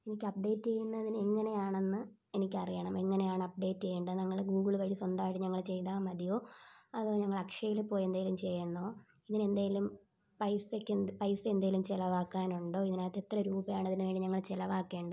എനിക്ക് അപ്പ്ഡേറ്റ് ചെയ്യുന്നതിന് എങ്ങനെയാണെന്ന് എനിക്കറിയണം എങ്ങനെയാണ് അപ്പ്ഡേറ്റ് ചെയ്യേണ്ടത് ഞങ്ങൾ ഗൂഗിൾ വഴി സ്വന്തമായിട്ട് ഞങ്ങൾ ചെയ്താൽ മതിയോ അതോ ഞങ്ങൾ അക്ഷയയിൽ പോയി എന്തെങ്കിലും ചെയ്യുന്നോ ഇങ്ങനെ എന്തെങ്കിലും പൈസയ്ക്ക് എന്ത് പൈസെ എന്തെങ്കിലും ചിലവാക്കാനുണ്ടോ ഇതിനകത്ത് എത്ര രൂപയാണ് ഇതിന് വേണ്ടി ഞങ്ങൾ ചിലവാക്കേണ്ടത്